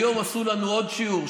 היום עשו לנו עוד שיעור,